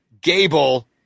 Gable